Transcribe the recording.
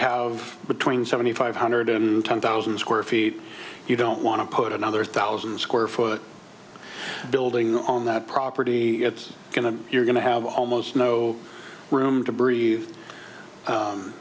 have between seventy five hundred and ten thousand square feet you don't want to put another thousand square foot building on that property it's going to you're going to have almost no room to bre